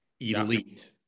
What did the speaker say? elite